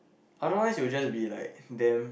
otherwise it will just be like damn